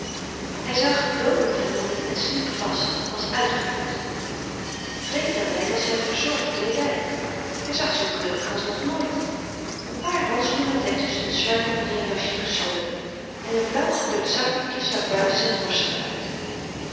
hij zag doodelijk vermoeid en sliep vast als uitgeput vreemd daarbij was zijn verzorgd kleedij hij zag zoo keurig als nog nooit een paar handschoenen had hij tusschen de sluiting van zijn jasje gestoken en een blauw gekleurd zakdoekje stak buiten zijn borstzak uit